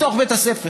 בתוך בית הספר.